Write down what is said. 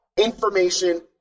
Information